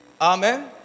Amen